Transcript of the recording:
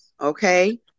okay